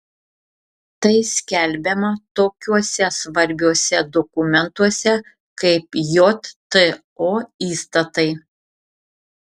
tai skelbiama tokiuose svarbiuose dokumentuose kaip jto įstatai